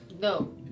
No